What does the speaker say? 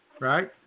Right